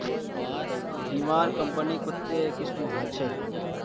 बीमार कंपनी कत्ते किस्म होछे